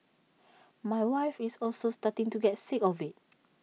my wife is also starting to get sick of IT